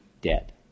dead